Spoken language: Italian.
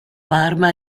parma